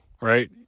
right